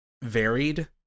Varied